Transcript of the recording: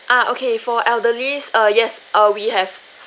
uh okay for elderlies err yes uh we have